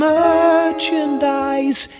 merchandise